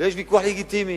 ויש ויכוח לגיטימי